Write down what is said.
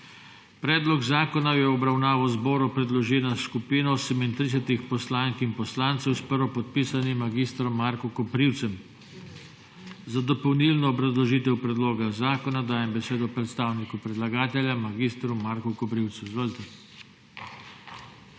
Predlog zakona je v obravnavo zboru predložila skupina 38 poslank in poslancev s prvopodpisanim mag. Markom Koprivcem. Za dopolnilno obrazložitev predloga zakona dajem besedo predstavniku predlagatelju mag. Marku Koprivcu. Izvolite.